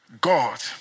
God